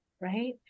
right